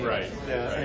Right